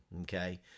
Okay